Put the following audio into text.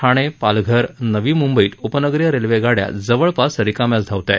ठाणे पालघर नवी मुंबईत उपनगरीय रेल्वे गाड्या जवळपास रिकाम्या धावत आहेत